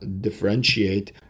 differentiate